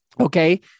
Okay